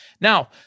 Now